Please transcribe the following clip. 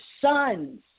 sons